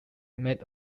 made